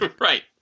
Right